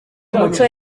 umuco